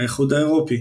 האיחוד האירופי